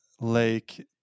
lake